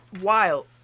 Wild